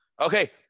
Okay